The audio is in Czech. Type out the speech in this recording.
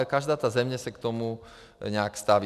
Každá země se k tomu nějak staví.